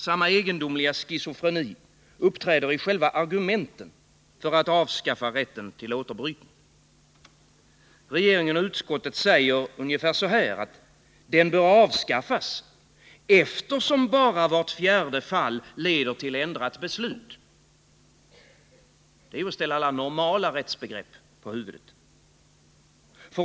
Samma egendomliga schizofreni uppträder i själva argumenten för att avskaffa rätten till återbrytning. Regeringen och utskottet säger ungefär så här: Den bör avskaffas, eftersom bara vart fjärde fall leder till ändrat beslut. Det är att ställa alla normala rättsbegrepp på huvudet.